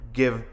give